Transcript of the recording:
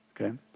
okay